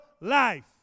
life